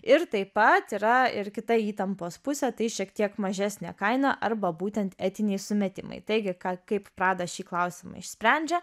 ir taip pat yra ir kita įtampos pusė tai šiek tiek mažesnė kaina arba būtent etiniai sumetimai taigi ką kaip prada šį klausimą išsprendžia